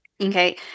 Okay